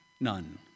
none